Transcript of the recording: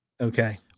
Okay